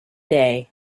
day